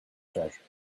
treasure